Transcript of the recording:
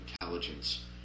intelligence